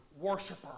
worshiper